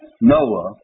Noah